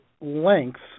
lengths